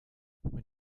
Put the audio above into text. when